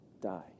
die